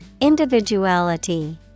Individuality